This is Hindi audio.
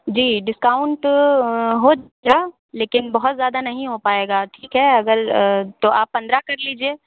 जी डिस्काउंट हो जा लेकिन बहुत ज़्यादा नहीं हो पाएगा ठीक है अगर तो आप पंद्रह कर लीजिए